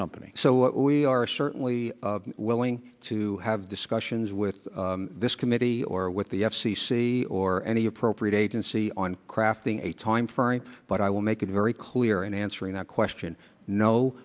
company so we are certainly willing to have discussions with this committee or with the f c c or any appropriate agency on crafting a time furry but i will make it very clear in answering that question no